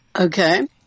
Okay